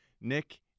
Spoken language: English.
Nick